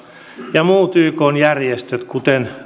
muut ykn järjestöt kuten